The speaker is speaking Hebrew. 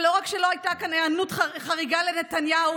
ולא רק שלא הייתה כאן היענות חריגה לנתניהו,